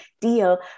deal